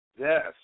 Yes